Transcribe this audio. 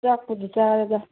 ꯆꯥꯛꯄꯨꯗꯤ ꯆꯥꯔꯦꯗ